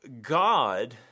God